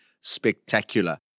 spectacular